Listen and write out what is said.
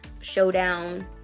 showdown